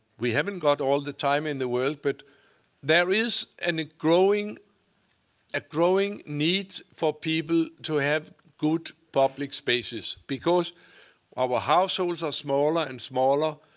we haven't got all the time in the world, but there is and a ah growing need for people to have good public spaces because our households are smaller and smaller,